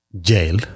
jail